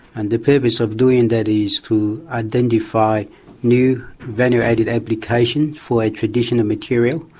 and the purpose of doing that is to identify new venerated applications for a traditional material.